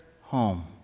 home